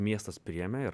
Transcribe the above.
miestas priėmė ir